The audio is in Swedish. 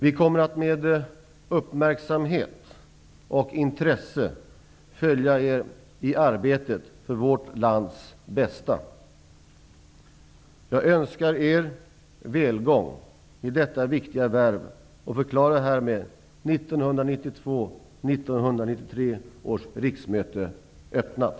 Vi kommer att med uppmärksamhet och intresse följa Er i arbetet för vårt lands bästa. Jag önskar Er välgång i detta viktiga värv och förklarar härmed